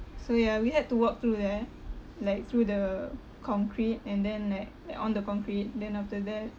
so ya we had to walk through there like through the concrete and then like uh on the concrete then after that